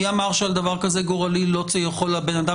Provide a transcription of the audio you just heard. מי אמר שעל דבר כזה גורלי לא יכול אדם